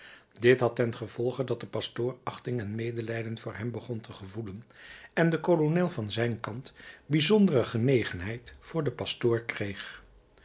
dit had ten gevolge dat de pastoor achting en medelijden voor hem begon te gevoelen en de kolonel van zijn kant bijzondere genegenheid voor den pastoor kreeg